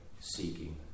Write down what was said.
seeking